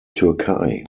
türkei